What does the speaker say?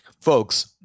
folks –